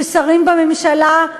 ששרים בממשלה,